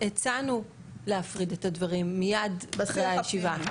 הצענו להפריד את הדברים, מייד אחרי הישיבה.